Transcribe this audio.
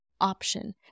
option